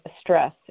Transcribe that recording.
stress